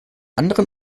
anderen